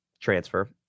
transfer